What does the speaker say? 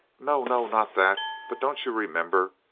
no, no! not that! but don't you remember?